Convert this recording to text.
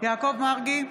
יעקב מרגי,